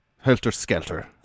Helter-skelter